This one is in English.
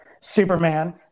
superman